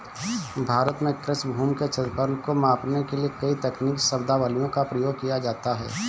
भारत में कृषि भूमि के क्षेत्रफल को मापने के लिए कई तकनीकी शब्दावलियों का प्रयोग किया जाता है